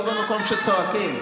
לא במקום שבו צועקים.